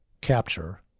capture